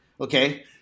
okay